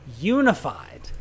unified